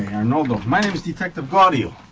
and arnaldo, my name's detective guario.